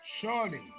Surely